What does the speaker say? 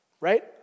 Right